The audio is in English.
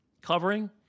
Covering